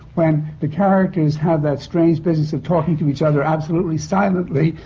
when the characters have that strange business of talking to each other absolutely silently.